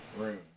Room